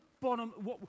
bottom